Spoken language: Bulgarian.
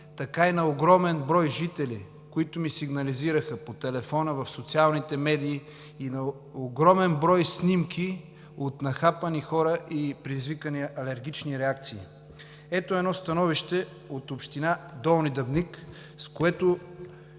така и на огромен брой жители, които ми сигнализираха по телефона, в социалните медии, на огромен брой снимки от нахапани хора и предизвикани алергични реакции. Ето едно становище от община Долни Дъбник, с което